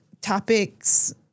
topics